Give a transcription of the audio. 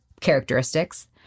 characteristics